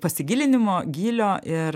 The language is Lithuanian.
pasigilinimo gylio ir tai